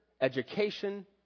education